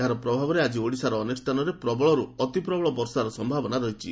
ଏହାର ପ୍ରଭାବରେ ଆକି ଓଡ଼ିଶାର ଅନେକ ସ୍ଥାନରେ ପ୍ରବଳରୁ ଅତି ପ୍ରବଳ ବର୍ଷାର ସମ୍ଭାବନା ରହିଛି